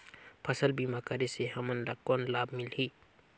फसल बीमा करे से हमन ला कौन लाभ मिलही?